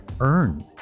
earn